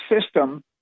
system